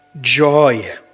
joy